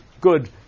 good